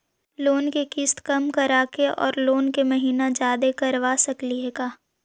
Loan के किस्त कम कराके औ लोन के महिना जादे करबा सकली हे का?